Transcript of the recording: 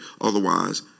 Otherwise